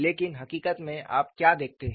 लेकिन हकीकत में आप क्या देखते हैं